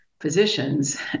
physicians